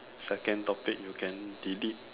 second topic you can delete